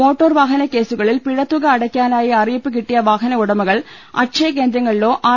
motor വാഹന കേസുകളിൽ പിഴത്തുക അടക്കാനാ യി അറിയിപ്പ് കിട്ടിയ വാഹന ഉടമകൾ അക്ഷയ കേന്ദ്രങ്ങളിലോ ആർ